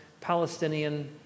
Palestinian